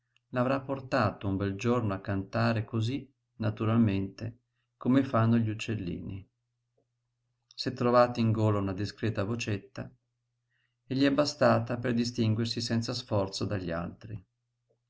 l'avrà portato un bel giorno a cantare cosí naturalmente come fanno gli uccellini s'è trovata in gola una discreta vocetta e gli è bastata per distinguersi senza sforzo dagli altri